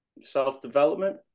self-development